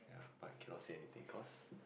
but cannot say anything cause